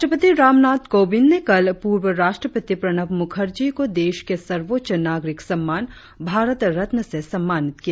राष्ट्रपति रामनाथ कोविंद ने कल पूर्व राष्ट्रपति प्रणव मुखर्जी को देश के सर्वोच्च नागरिक सम्मान भारत रत्न से सम्मानित किया